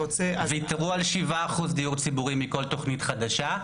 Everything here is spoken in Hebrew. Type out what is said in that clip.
וויתרו על שבעה אחוז דיור ציבורי מכל תכנית חדשה,